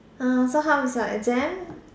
so how is your exam